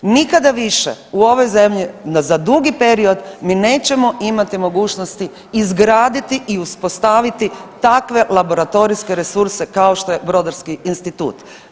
Nikada više u ovoj zemlji za dugi period mi nećemo imati mogućnosti izgraditi i uspostaviti takve laboratorijske resurse kao što je Brodarski institut.